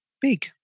big